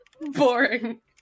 Boring